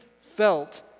felt